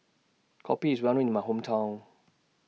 Kopi IS Well known in My Hometown